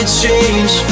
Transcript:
change